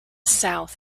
south